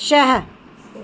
छह